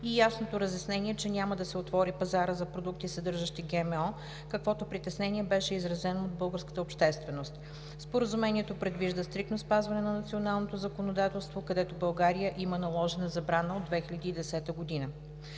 и ясното разяснение, че няма да се отвори пазарът за продукти, съдържащи ГМО, каквото притеснение беше изразено от българската общественост. Споразумението предвижда стриктно спазване на националното законодателство, където България има наложена забрана от 2010 г.